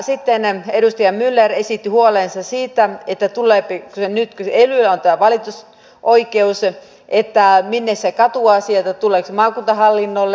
sitten edustaja myller esitti huolensa siitä että tuleepi ja nytkin edellyttää minne nyt kun elyille annetaan valitusoikeus katuasiat tulevat tulevatko ne maakuntahallinnolle